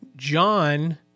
John